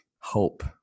hope